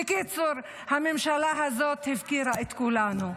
בקיצור, הממשלה הזאת הפקירה את כולנו,